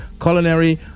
culinary